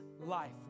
life